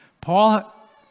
Paul